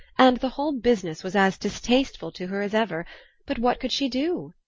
and the whole business was as distasteful to her as ever but what could she do?